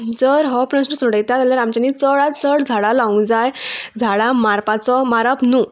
जर हो प्रस्न सोडयता जाल्यार आमच्यांनी चडांत चड झाडां लावंक जाय झाडां मारपाचो मारप न्हू